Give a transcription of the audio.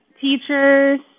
teachers